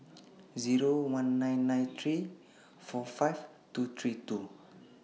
Zero one nine nine three four five two three two